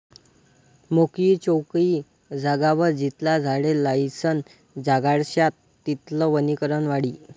मोकयी चोकयी जागावर जितला झाडे लायीसन जगाडश्यात तितलं वनीकरण वाढी